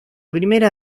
primera